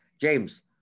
james